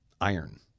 iron